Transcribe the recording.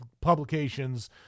publications